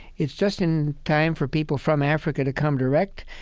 it's just in time for people from africa to come direct,